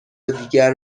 دیگر